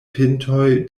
pintoj